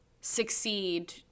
succeed